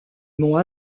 mont